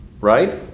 right